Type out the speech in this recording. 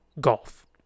golf